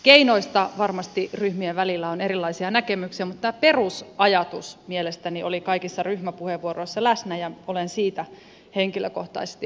keinoista varmasti ryhmien välillä on erilaisia näkemyksiä mutta tämä perusajatus mielestäni oli kaikissa ryhmäpuheenvuoroissa läsnä ja olen siitä henkilökohtaisesti hyvin iloinen